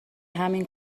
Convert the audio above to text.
همین